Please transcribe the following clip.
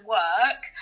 work